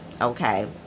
okay